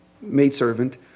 maidservant